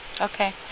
Okay